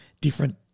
different